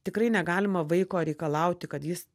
tikrai negalima vaiko reikalauti kad jis